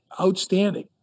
outstanding